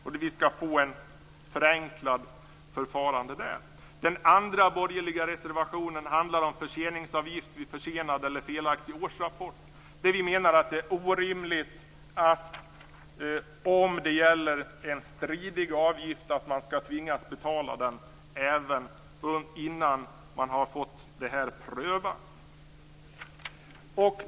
Vi vill ha ett förenklat förfarande där. Den andra borgerliga reservationen handlar om förseningsavgift vid försenad eller felaktig årsrapport. Vi menar att det om det gäller en stridig avgift är orimligt att man skall tvingas betala den innan man har fått den prövad.